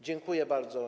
Dziękuję bardzo.